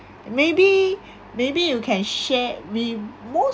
maybe maybe you can share me most